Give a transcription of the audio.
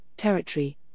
territory